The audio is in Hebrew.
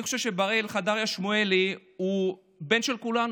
אני חושב שבראל חדריה שמואלי הוא בן של כולנו,